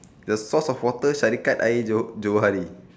the source of water syarikat air jo~ johari